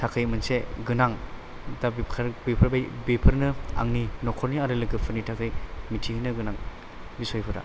थाखाय मोनसे गोनां दा बेफोरनो आंनि न'खरनि आरो लोगोफोरनि थाखाय मिथिहोनो गोनां निसयफोरा